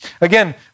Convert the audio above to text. Again